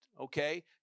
Okay